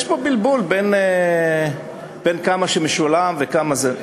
יש פה בלבול בין כמה שמשולם לכמה זה,